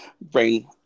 Brain